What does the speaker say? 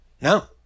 No